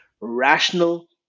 rational